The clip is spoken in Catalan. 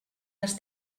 les